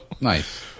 Nice